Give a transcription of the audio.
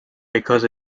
because